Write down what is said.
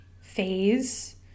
phase